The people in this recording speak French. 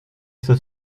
c’est